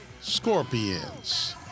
Scorpions